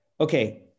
Okay